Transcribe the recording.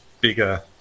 bigger